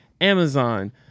Amazon